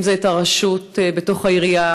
אם זה את הרשות בתוך העירייה,